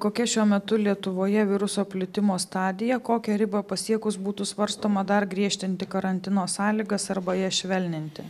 kokia šiuo metu lietuvoje viruso plitimo stadija kokią ribą pasiekus būtų svarstoma dar griežtinti karantino sąlygas arba jas švelninti